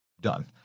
done